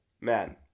man